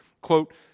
quote